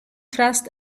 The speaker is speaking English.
trust